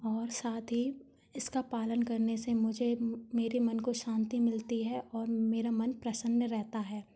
और साथ ही इसका पालन करने से मुझे मेरे मन को शांति मिलती है और मेरा मन प्रसन्न रहता है